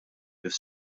kif